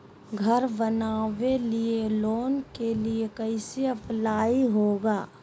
घर बनावे लिय लोन के लिए कैसे अप्लाई होगा?